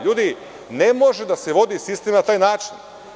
Ljudi, ne može da se vodi sistem na taj način.